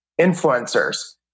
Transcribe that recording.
influencers